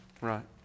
Right